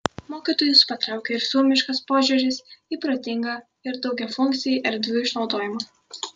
mokytojus patraukė ir suomiškas požiūris į protingą ir daugiafunkcį erdvių išnaudojimą